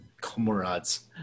Comrades